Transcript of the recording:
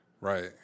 Right